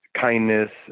kindness